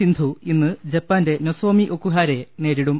സിന്ധു ഇന്ന് ജപ്പാന്റെ നൊസോമി ഒക്കുഹാരയെ നേരിടും